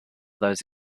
those